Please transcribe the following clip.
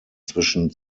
zwischen